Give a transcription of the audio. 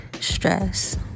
stress